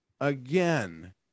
again